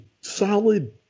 solid